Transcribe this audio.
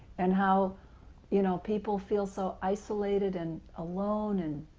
and how you know people feel so isolated and alone and